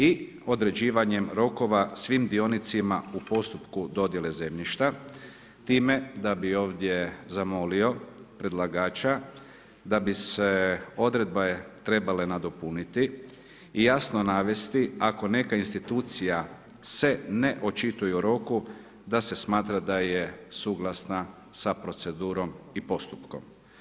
I određivanjem rokova svim dionicima u postupku dodjele zemljišta, time da bi ovdje zamolio predlagača, da bi se odredbe trebale nadopuniti i jasno navesti ako neka institucija se ne očituje u roku, da se smatra da je suglasna sa procedurom i postupkom.